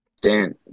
Dan